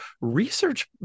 research